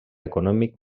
econòmic